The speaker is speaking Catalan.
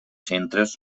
centres